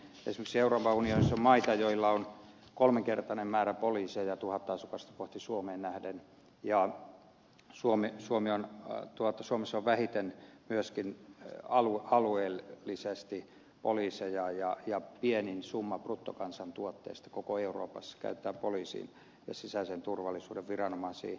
esimerkiksi euroopan unionissa on maita joilla on kolminkertainen määrä poliiseja tuhatta asukasta kohti suomeen nähden ja suomessa on vähiten myöskin alueellisesti poliiseja ja pienin summa bruttokansantuotteesta koko euroopassa käytetään poliisiin ja sisäisen turvallisuuden viranomaisiin